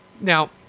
Now